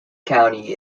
county